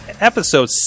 episode